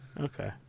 okay